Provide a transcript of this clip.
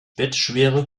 bettschwere